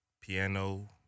piano